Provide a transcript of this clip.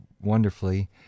wonderfully